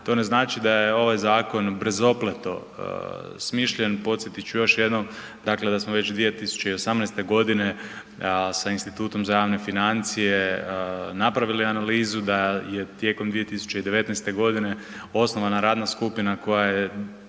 To ne znači da je ovaj zakon brzopleto smišljen. Podsjetit ću još jednom, dakle da smo već 2018.g. sa institutom za javne financije napravili analizu, da je tijekom 2019.g. osnovana radna skupina koja je